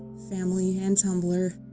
family and tumblr.